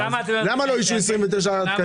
למה לא אוישו 29 תקנים?